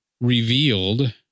revealed